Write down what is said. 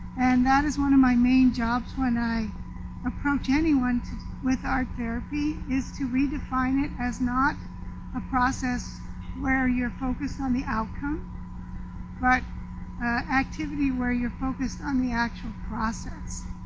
and that is one of my main jobs when i approach anyone with art therapy is to redefine it as not a process where you're focused on the outcome but activity where you're focused on the actual process.